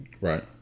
Right